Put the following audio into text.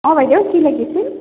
অঁ বাইদেউ কি লাগিছিল